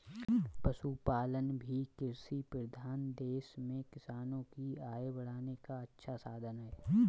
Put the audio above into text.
पशुपालन भी कृषिप्रधान देश में किसानों की आय बढ़ाने का अच्छा साधन है